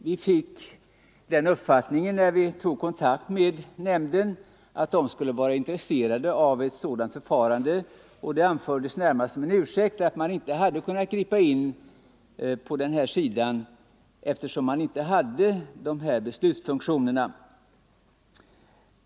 Vi fick den uppfattningen när vi tog kontakt med nämnden att man skulle vara intresserad av ett sådant förfarande, och det anfördes närmast som en ursäkt att man inte hade kunnat gripa in när det gällde dessa ämnen eftersom man inte hade beslutsfunktioner.